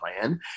plan